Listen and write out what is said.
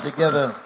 Together